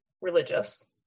religious